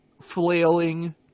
flailing